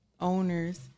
owners